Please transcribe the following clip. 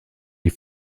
die